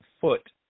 foot